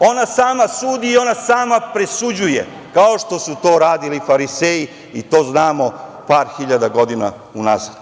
ona sama sudi i ona sama presuđuje, kao što su to radili fariseji i to znamo par hiljada godina unazad.